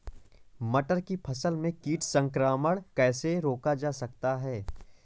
मटर की फसल में कीट संक्रमण कैसे रोका जा सकता है?